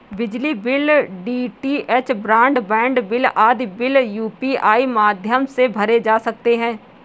बिजली bill, DTH broadband bill आदि bill UPI माध्यम से भरे जा सकते हैं